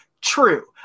True